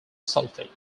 sulfate